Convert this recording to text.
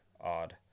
odd